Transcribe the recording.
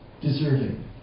deserving